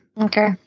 Okay